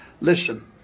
listen